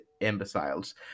imbeciles